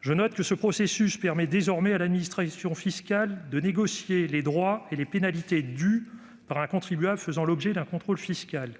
Je note que ce processus permet désormais à l'administration fiscale de négocier les droits et les pénalités dus par un contribuable faisant l'objet d'un contrôle fiscal.